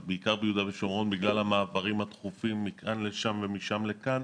אבל בעיקר ביהודה ושומרון בגלל המעברים התכופים מכאן לשם ומשם לכאן